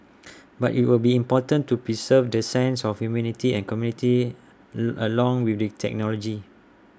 but IT will be important to preserve the sense of humanity and community along with the technology